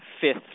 fifth